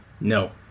No